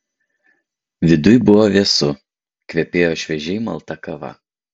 viduj buvo vėsu kvepėjo šviežiai malta kava